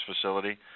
facility